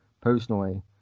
Personally